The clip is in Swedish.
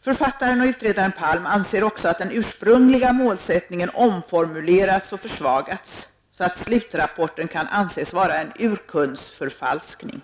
Författaren och utredaren Palm anser också att den ursprungliga målsättningen omformulerats och försvagats, så att slutrapporten kan anses vara en ''urkundsförfalskning''.